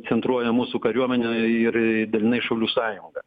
centruoja mūsų kariuomenė ir dalinai šaulių sąjunga